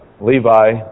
Levi